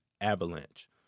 avalanche